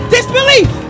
Disbelief